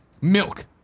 Milk